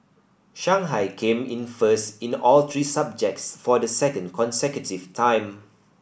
Shanghai came in first in all three subjects for the second consecutive time